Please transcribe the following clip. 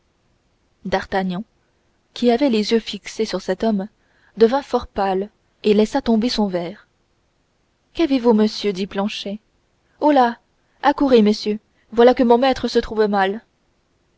d'artagnan qui avait les yeux fixés sur cet homme devint fort pâle et laissa tomber son verre qu'avez-vous monsieur dit planchet oh là accourez messieurs voilà mon maître qui se trouve mal